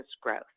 growth